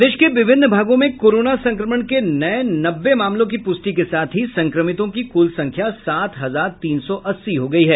प्रदेश के विभिन्न भागों में कोरोना संक्रमण के नये नब्बे मामलों की पुष्टि के साथ ही संक्रमितों की कुल संख्या सात हजार तीन सौ अस्सी हो गयी है